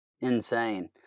insane